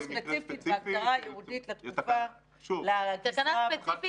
מדובר פה בהגדרה ייעודית לתקופה, לגזרה.